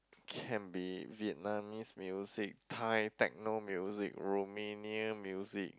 can be Vietnamese music Thai techno music Romania music